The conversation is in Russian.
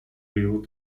рио